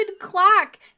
clock-